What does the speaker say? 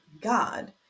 god